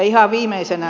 ihan viimeisenä